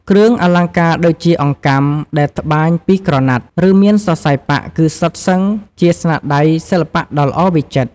គ្រឿងអលង្ការដូចជាអង្កាំដែលត្បាញពីក្រណាត់ ឬមានសរសៃប៉ាក់ គឺសុទ្ធសឹងជាស្នាដៃសិល្បៈដ៏ល្អវិចិត្រ។